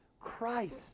Christ